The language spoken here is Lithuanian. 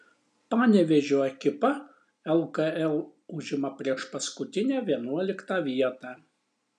panevėžio ekipa lkl užima priešpaskutinę vienuoliktą vietą